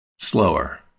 Slower